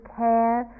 care